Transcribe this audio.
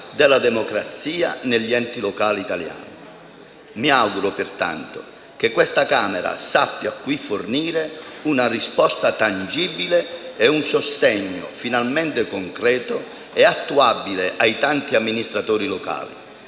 della democrazia negli enti locali italiani. Mi auguro pertanto che questa Camera sappia qui fornire una risposta tangibile e un sostegno finalmente concreto e attuabile ai tanti amministratori locali,